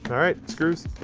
all right, screws.